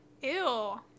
ew